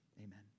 amen